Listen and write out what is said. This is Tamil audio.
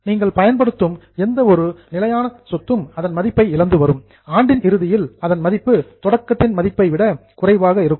நீங்கள் பயன்படுத்தும் எந்த ஒரு பிக்ஸட் அசட்ஸ் நிலையான சொத்தும் அதன் மதிப்பை இழந்து வரும் ஆண்டின் இறுதியில் அதன் மதிப்பு தொடக்கத்தில் இருந்த மதிப்பை விட குறைவாக இருக்கும்